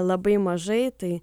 labai mažai tai